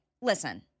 listen